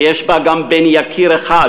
ויש בה גם בן יקיר אחד